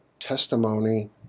testimony